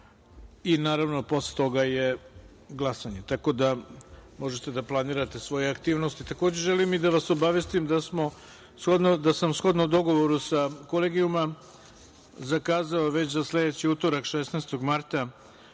i naravno posle toga je glasanje, tako da možete da planirate svoje aktivnosti. Takođe, želim i da vas obavestim da sam shodno dogovoru sa kolegijuma zakazao već za sledeći utorak 16. marta